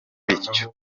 bityo